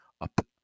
up